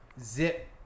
Zip